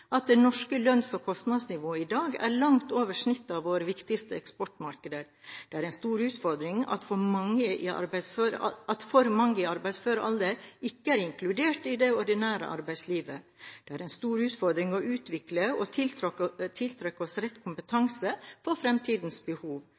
at det norske lønns- og kostnadsnivået i dag er langt over snittet i våre viktigste eksportmarkeder. Det er en stor utfordring at for mange i arbeidsfør alder ikke er inkludert i det ordinære arbeidslivet. Det er en stor utfordring å utvikle og tiltrekke oss rett kompetanse for fremtidens behov. Problemet er å